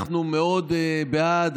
אנחנו מאוד בעד.